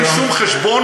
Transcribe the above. בלי שום חשבון,